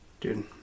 Dude